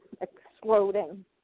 exploding